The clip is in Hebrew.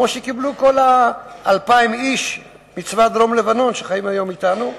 כמו שקיבלו כל 2,000 האיש מצבא דרום-לבנון שחיים היום אתנו.